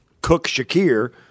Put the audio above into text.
Cook-Shakir